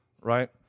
right